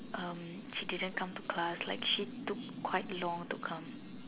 um she didn't come to class like she took quite long to come